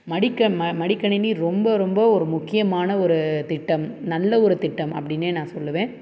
மடிக்க மடிக்கணினி ரொம்ப ரொம்ப ஒரு முக்கியமான ஒரு திட்டம் நல்ல ஒரு திட்டம் அப்படின்னே நான் சொல்லுவேன்